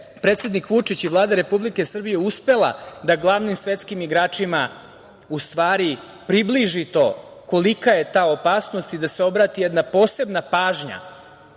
predsednik Vučić i Vlada Republike Srbije uspela da glavnim svetskim igračima, u stvari, približi to kolika je ta opasnost i da se obrati jedna posebna pažnja